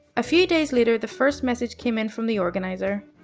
a few days later, the first message came in from the organizer.